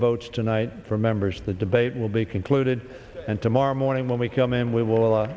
votes tonight for members of the debate will be concluded and tomorrow morning when we come in we will